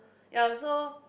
ya so